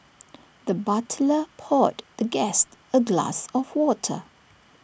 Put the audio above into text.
the butler poured the guest A glass of water